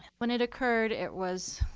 when it occurred it was